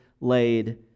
laid